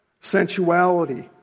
sensuality